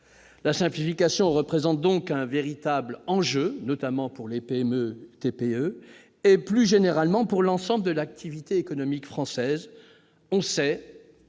La simplification est donc un véritable enjeu pour les PME et TPE, et, plus généralement, pour l'ensemble de l'activité économique française. On sait